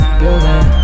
building